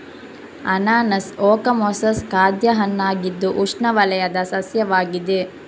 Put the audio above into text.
ಅನಾನಸ್ ಓಕಮೊಸಸ್ ಖಾದ್ಯ ಹಣ್ಣಾಗಿದ್ದು ಉಷ್ಣವಲಯದ ಸಸ್ಯವಾಗಿದೆ